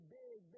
big